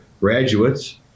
graduates